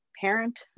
parent